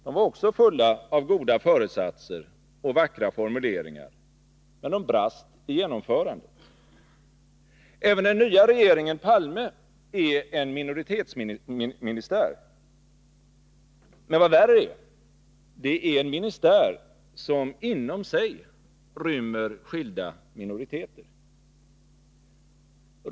De var också fulla av goda föresatser och vackra formuleringar, men de brast i genomförandet. Även den nya regeringen Palme är en minoritetsministär. Men vad värre är — det är en ministär som inom sig rymmer skilda minoriteter.